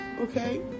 okay